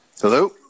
Hello